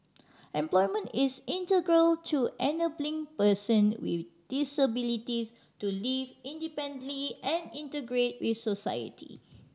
employment is integral to enabling person with disabilities to live independently and integrate with society